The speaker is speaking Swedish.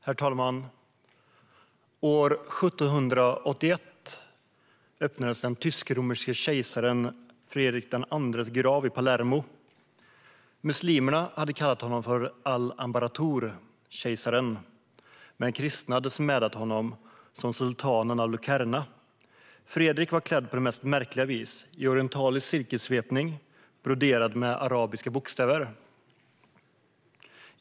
Herr talman! År 1781 öppnades den tysk-romerske kejsaren Fredrik II:s grav i Palermo. Muslimerna hade kallat honom al-anbaratur, kejsaren, medan kristna smädat honom som sultanen av Lucera. Fredrik var klädd på det mest märkliga vis: i orientalisk silkessvepning broderad med arabiska bokstäver.